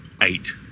eight